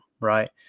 right